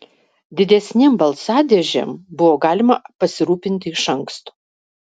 didesnėm balsadėžėm buvo galima pasirūpinti iš anksto